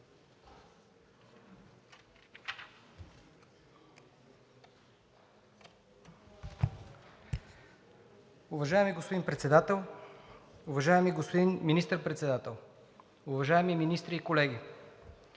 Уважаеми господин Председател, уважаеми господин Министър-председател, уважаеми министри и колеги!